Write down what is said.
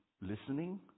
listening